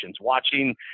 watching